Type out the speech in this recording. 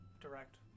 direct